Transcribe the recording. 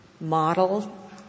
model